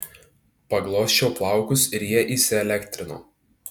paglosčiau plaukus ir jie įsielektrino